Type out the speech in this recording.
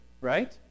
right